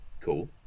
cool